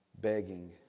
begging